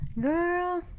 Girl